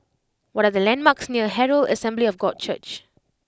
what are the landmarks near Herald Assembly of God Church